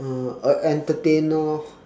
uh a entertainer lor